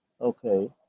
okay